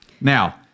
Now